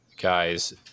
guys